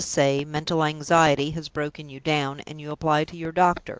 let us say, mental anxiety has broken you down, and you apply to your doctor?